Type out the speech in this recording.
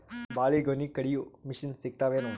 ಬಾಳಿಗೊನಿ ಕಡಿಯು ಮಷಿನ್ ಸಿಗತವೇನು?